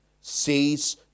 says